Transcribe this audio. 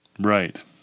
Right